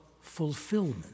fulfillment